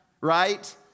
right